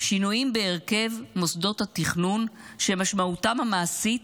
שינויים בהרכב מוסדות התכנון שמשמעותם המעשית